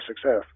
success